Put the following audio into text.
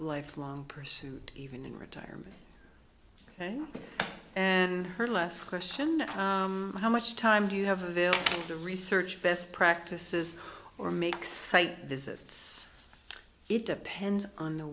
lifelong pursuit even in retirement and her last question how much time do you have availed to research best practices or makes site visits it depends on the